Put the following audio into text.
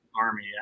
Army